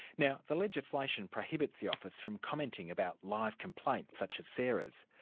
now the legislation prohibits the office from commenting about live complaints such as sara's.